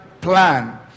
plan